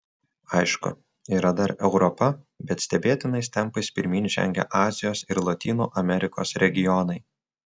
aišku yra dar europa bet stebėtinais tempais pirmyn žengia azijos ir lotynų amerikos regionai